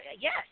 Yes